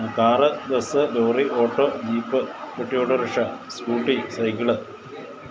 car bus lorry auto jeep പെട്ടി autorickshaw Scooty cycle